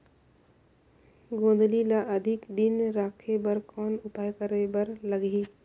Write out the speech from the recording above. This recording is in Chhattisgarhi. गोंदली ल अधिक दिन राखे बर कौन उपाय करे बर लगही?